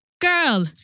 Girl